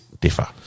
differ